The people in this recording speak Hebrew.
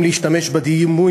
אם להשתמש בדימוי,